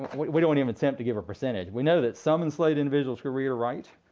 we don't even attempt to give a percentage. we know that some enslaved individuals could read or write,